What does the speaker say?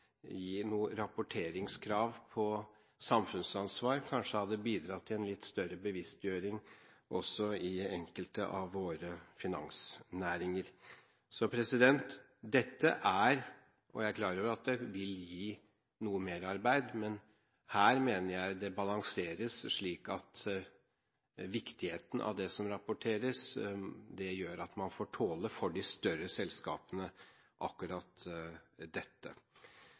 gi noen rapporteringskrav på samfunnsansvar, kanskje hadde bidratt til en litt større bevisstgjøring også i enkelte av våre finansnæringer. Jeg er klar over at det vil gi noe merarbeid, men her mener jeg det balanseres slik at viktigheten av det som rapporteres, må tåles av de større selskapene. Som foregående taler var inne på, er det